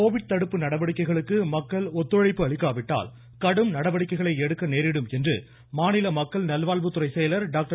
Covid தடுப்பு நடவடிக்கைகளுக்கு மக்கள் ஒத்துழைப்பு அளிக்காவிட்டால் கடும் நடவடிக்கைகளை எடுக்க நேரிடும் என்று மாநில மக்கள் நல்வாழ்வுத்துறை செயலர் டாக்டர்